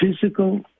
physical